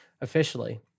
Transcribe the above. officially